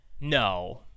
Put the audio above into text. No